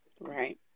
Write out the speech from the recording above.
Right